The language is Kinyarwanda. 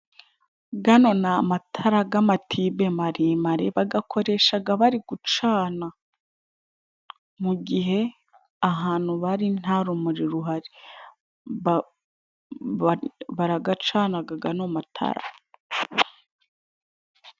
Gano ni amatara g'amatibe maremare, bagakoreshaga bari gucana. Mu gihe ahantu bari nta rumuri ruhari, baragacanagaga gano matara.